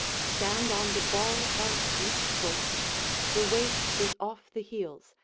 stand on the ball of each foot the weight is off the heels,